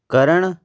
ਕਰਨ